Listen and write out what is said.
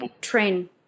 train